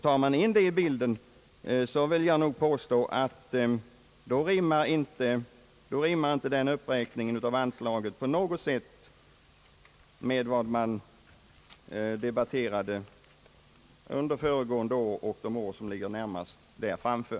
Tar man med det i bilden vill jag påstå, att då rimmar inte denna uppräkning av anslaget på något sätt med vad utvecklingen motiverar.